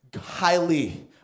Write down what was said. highly